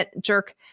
jerk